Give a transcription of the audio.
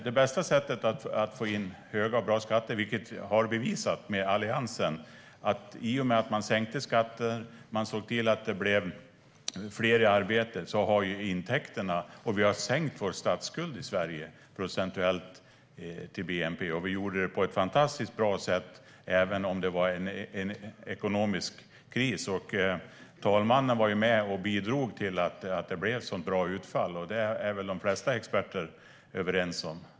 Det bästa sättet att få in höga och bra skatter har bevisats med Alliansen. Man sänkte skatter och såg till att fler kom i arbete, och vi har sänkt Sveriges statsskuld procentuellt i förhållande till bnp, och vi gjorde det på ett fantastiskt bra sätt, även om det var ekonomisk kris. Talmannen var med och bidrog till att det blev ett så bra utfall. Det är väl de flesta experter överens om.